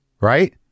Right